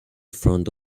front